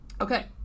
Okay